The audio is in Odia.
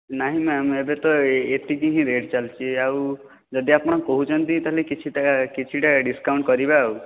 ନାହିଁ ମ୍ୟାମ୍ ଏବେ ତ ଏ ଏତିକି ହିଁ ରେଟ ଚାଲିଛି ଆଉ ଯଦି ଆପଣ କହୁଛନ୍ତି ତାହାଲେ କିଛିଟା କିଛିଟା ଡିସକାଉଣ୍ଟ କରିବା ଆଉ